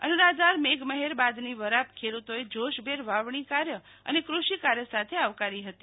અનરાધાર મેઘમહેર બાદની વરાપ ખેડૂતોએ જોશભેર વાવણી કાર્ય અને ક્રષિકાર્ય સાથે આવકારી હતી